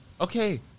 Okay